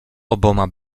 oboma